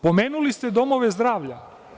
Pomenuli ste domove zdravlja.